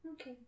Okay